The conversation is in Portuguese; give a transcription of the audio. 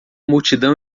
multidão